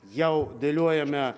jau dėliojame